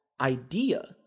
idea